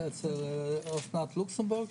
אסנת לוקסמבורג,